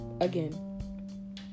again